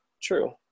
true